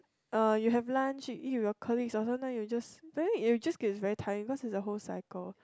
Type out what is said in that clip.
uh you have lunch you eat with your colleagues or sometimes you just very it will just gets very tiring because it's a whole cycle